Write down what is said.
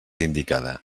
indicada